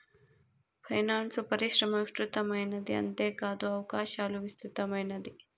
finance పరిశ్రమ విస్తృతమైనది అంతేకాదు అవకాశాలు విస్తృతమైనది